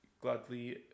gladly